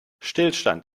stillstand